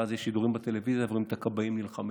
ואז יש שידורים בטלוויזיה ואנחנו רואים את הכבאים נלחמים,